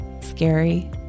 scary